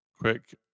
quick